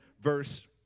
verse